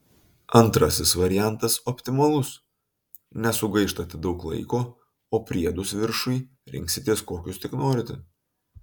antrasis variantas optimalus nesugaištate daug laiko o priedus viršui rinksitės kokius tik norite